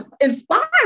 inspiring